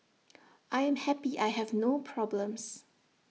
I am happy I have no problems